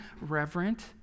reverent